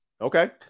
Okay